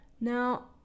Now